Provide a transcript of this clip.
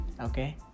Okay